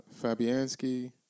Fabianski